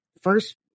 first